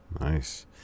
Nice